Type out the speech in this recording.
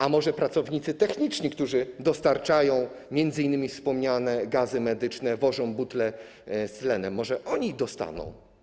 A może pracownicy techniczni, którzy dostarczają m.in. wspomniane gazy medyczne, wożą butle z tlenem, może oni dostaną?